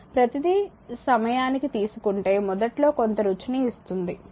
ప్రతీది సమయానికి తీసుకుంటే మొదట్లో కొంత రుచిని ఇస్తుంది